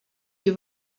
you